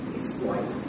exploit